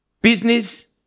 Business